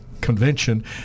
Convention